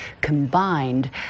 combined